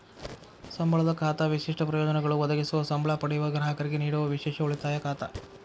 ಸಂಬಳದ ಖಾತಾ ವಿಶಿಷ್ಟ ಪ್ರಯೋಜನಗಳು ಒದಗಿಸುವ ಸಂಬ್ಳಾ ಪಡೆಯುವ ಗ್ರಾಹಕರಿಗೆ ನೇಡುವ ವಿಶೇಷ ಉಳಿತಾಯ ಖಾತಾ